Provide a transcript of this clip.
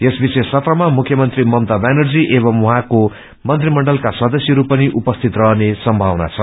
यस विशेष सत्रमाम मुख्यमंत्री ममता व्यानर्जी एवमू उहाँको मंत्री मण्डलका सदस्यहरू पनि उपस्थित रहने सम्भावना छ